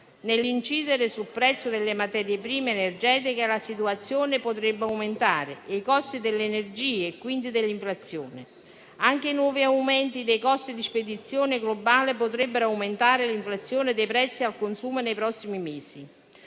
Nell'incidere sul prezzo delle materie prime energetiche, la situazione potrebbe determinare un aumento dei costi dell'energia e quindi dell'inflazione. Anche i nuovi aumenti dei costi di spedizione globale potrebbero aumentare l'inflazione dei prezzi al consumo nei prossimi mesi.